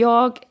Jag